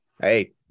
Hey